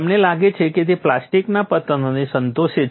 તમને લાગે છે કે તે પ્લાસ્ટિકના પતનને સંતોષે છે